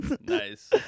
Nice